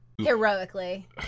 Heroically